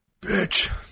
Bitch